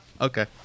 Okay